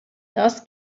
das